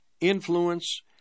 influence